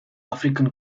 african